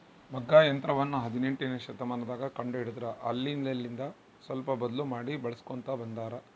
ಮಗ್ಗ ಯಂತ್ರವನ್ನ ಹದಿನೆಂಟನೆಯ ಶತಮಾನದಗ ಕಂಡು ಹಿಡಿದರು ಅಲ್ಲೆಲಿಂದ ಸ್ವಲ್ಪ ಬದ್ಲು ಮಾಡಿ ಬಳಿಸ್ಕೊಂತ ಬಂದಾರ